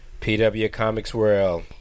pwcomicsworld